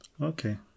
Okay